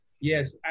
yes